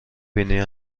بینی